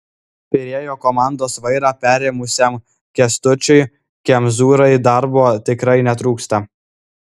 pirėjo komandos vairą perėmusiam kęstučiui kemzūrai darbo tikrai netrūksta